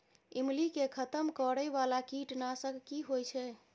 ईमली के खतम करैय बाला कीट नासक की होय छै?